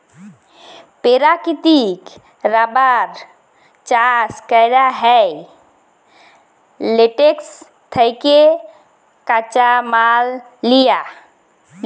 পেরাকিতিক রাবার চাষ ক্যরা হ্যয় ল্যাটেক্স থ্যাকে কাঁচা মাল লিয়ে